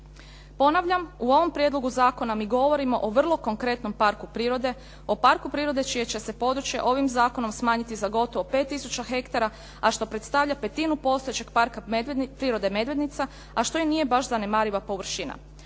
Ponavljam, u ovom prijedlogu zakona mi govorimo o vrlo konkretnom parku prirode, o parku prirode čije će se područje ovim zakonom smanjiti za gotovo 5 tisuća hektara, a što predstavlja petinu postojećeg Parka prirode "Medvednica", a što i nije baš zanemariva površina.